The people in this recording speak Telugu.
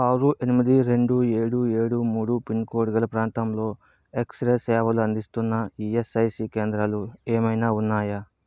ఆరు ఎనిమిది రెండు ఏడు ఏడు మూడు పిన్ కోడ్ గల ప్రాంతంలో ఎక్స్ రే సేవలు అందిస్తున్న ఈయస్ఐసి కేంద్రాలు ఏమైనా ఉన్నాయా